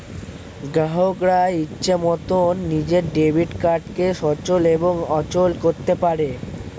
গ্রাহকরা ইচ্ছে মতন নিজের ডেবিট কার্ডকে সচল এবং অচল করতে পারে